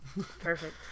Perfect